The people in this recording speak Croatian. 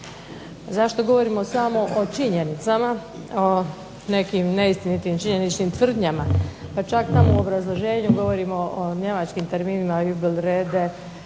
Zašto govorimo samo o činjenicama, o nekim neistinitim činjeničnim tvrdnjama pa čak tamo u obrazloženju govorimo o njemačkim terminima … rede,